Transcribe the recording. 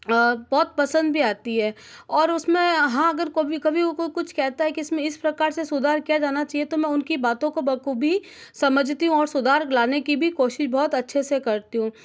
बहुत पसंद भी आती है और उसमें हाँ अगर कभी कभी उनको कुछ कहता है कि इसमें इस प्रकार से सुधार किया जाना चाहिए तो मैं उनकी बातों को बखूबी समझता हूँ और सुधार लाने की भी कोशिश बहुत अच्छे से करती हूँ